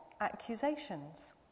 accusations